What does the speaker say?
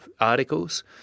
articles